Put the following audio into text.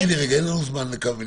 לא, אין לנו זמן לזה.